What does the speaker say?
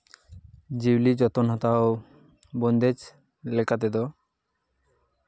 ᱡᱤᱭᱟᱹᱞᱤ ᱡᱚᱛᱚᱱ ᱦᱟᱛᱟᱣ ᱵᱚᱱᱫᱮᱡᱽ ᱞᱮᱠᱟ ᱛᱮᱫᱚ